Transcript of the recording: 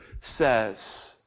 says